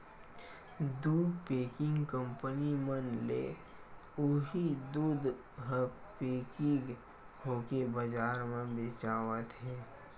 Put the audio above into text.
दू packing company मन ले उही दूद ह पेकिग होके बजार म बेचावत हे